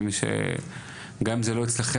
אני מבין שגם זה לא אצלכם